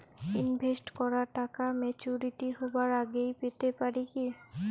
Invest করা টাকা maturity হবার আগেই পেতে পারি কি?